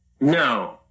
No